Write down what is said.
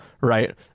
right